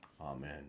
amen